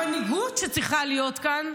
המנהיגות שצריכה להיות כאן,